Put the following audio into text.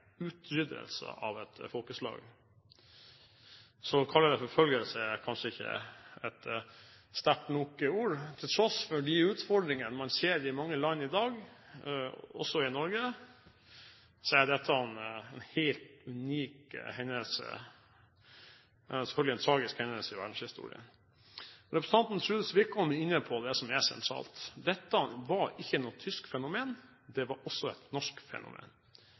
utryddelse av et folkeslag. Så å kalle det forfølgelse er kanskje ikke et sterkt nok ord. Til tross for de utfordringer man ser i mange land i dag, også i Norge, er dette en helt unik og selvfølgelig tragisk hendelse i verdenshistorien. Representanten Truls Wickholm var inne på det som er sentralt: Dette var ikke noe tysk fenomen, det var også et norsk fenomen.